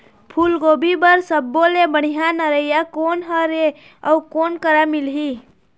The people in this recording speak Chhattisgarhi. फूलगोभी बर सब्बो ले बढ़िया निरैया कोन हर ये अउ कोन करा मिलही?